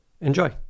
Enjoy